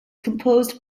composed